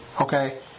Okay